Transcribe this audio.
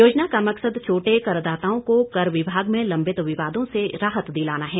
योजना का मकसद छोटे करदाताओं को कर विभाग में लम्बित विवादों से राहत दिलाना है